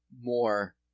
more